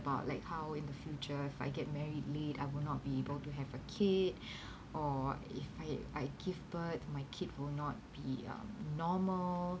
about like how in the future if I get married late I will not be able to have a kid or if I I give birth my kid will not be um normal